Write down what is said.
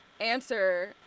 answer